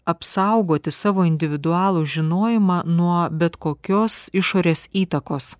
apsaugoti savo individualų žinojimą nuo bet kokios išorės įtakos